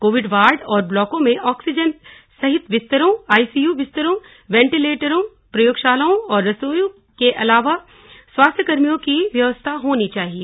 Covid ward और ब्लॉकों में ऑक्सीजन सहित बिस्तरों आईसीयू बिस्तरों वेंटीलेटरों प्रयोगशालाओं और रसोई के अलावा स्वास्थ्यकर्मियों की व्यवस्था होनी चाहिए